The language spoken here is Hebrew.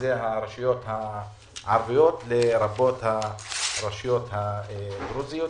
אלו הרשויות הערביות, לרבות הרשויות הדרוזיות.